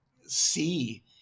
see